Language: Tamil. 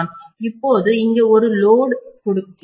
இப்போது இங்கே ஒரு லோடுசுமை இருக்கிறது